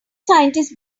scientists